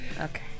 Okay